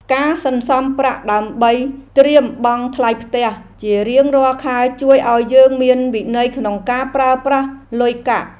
ការសន្សំប្រាក់ដើម្បីត្រៀមបង់ថ្លៃផ្ទះជារៀងរាល់ខែជួយឱ្យយើងមានវិន័យក្នុងការប្រើប្រាស់លុយកាក់។